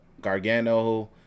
Gargano